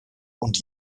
und